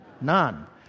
None